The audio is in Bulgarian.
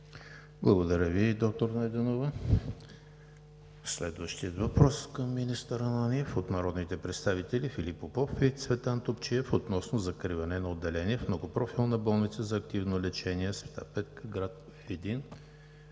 Благодаря Ви, доктор Найденова. Следващият въпрос към министър Ананиев е от народните представители Филип Попов и Цветан Топчиев относно закриване на отделение в Многопрофилна болница за активно лечение „Св. Петка“ – град Видин.